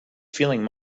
feeling